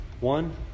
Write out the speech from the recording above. One